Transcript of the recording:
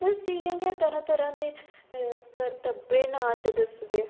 बस इ'यां गै तरह तरह दे करतब नाच दसदे